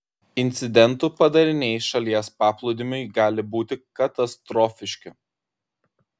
incidentų padariniai šalies paplūdimiui gali būti katastrofiški